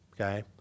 Okay